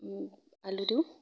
আলু দিওঁ